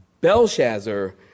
Belshazzar